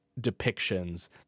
depictions